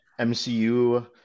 mcu